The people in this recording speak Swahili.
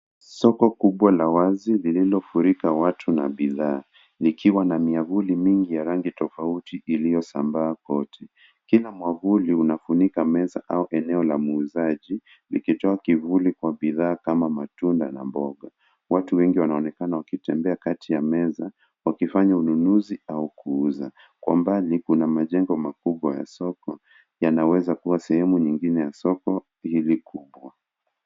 Soko kubwa la wazi lililofurika watu na bidhaa, likiwa na miavuli mingi ya rangi tofauti iliyosambaa kote. Kila mwavuli unafunika meza au eneo la mwuzaji likitoa kivuli kwa bidhaa kama matunda na mboga. Watuwengi wanaonekana wakitembea kati ya meza wakifanya ununuzi au kuuza. Kwa mbali kuna majengo makubwa ya soko, yanaweza kuwa sehemu nyingine ya soko hili kubwa.